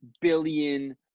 billion